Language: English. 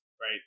right